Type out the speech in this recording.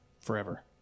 forever